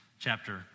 Chapter